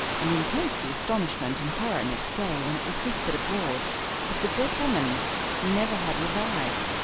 and intense the astonishment and horror next day when it was whispered abroad that the dead woman never had revived,